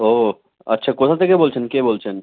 ও আচ্ছা কোথা থেকে বলছেন কে বলছেন